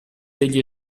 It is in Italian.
degli